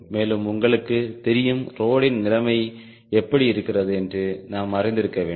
மேலும் உங்களுக்கு தெரியும் ரோடின் நிலைமை எப்படி இருக்கிறது என்று நாம் அறிந்திருக்க வேண்டும்